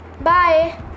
Bye